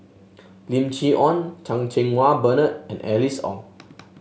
Lim Chee Onn Chan Cheng Wah Bernard and Alice Ong